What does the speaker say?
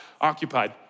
occupied